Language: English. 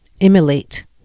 emulate